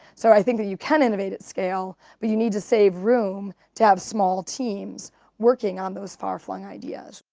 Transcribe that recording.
so i think that you can innovate at scale, but you need to save room to have small teams working on those far flung ideas.